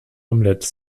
omelette